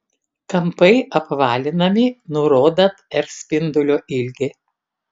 kampai apvalinami nurodant r spindulio ilgį